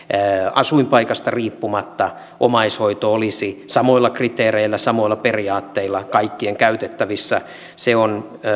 asuinpaikasta riippumatta omaishoito olisi samoilla kriteereillä samoilla periaatteilla kaikkien käytettävissä se on